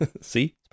See